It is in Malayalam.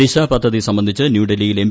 ദിശ പദ്ധതി സംബന്ധിച്ച് ന്യൂഡൽഹിയിൽ എം